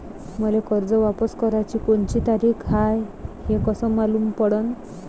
मले कर्ज वापस कराची कोनची तारीख हाय हे कस मालूम पडनं?